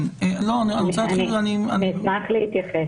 אשמח להתייחס.